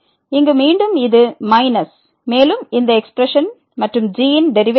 இங்கு மீண்டும் இது மைனஸ் மேலும் இந்த எக்ஸ்பிரஷன் மற்றும் g ன் டெரிவேட்டிவ்